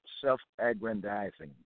self-aggrandizing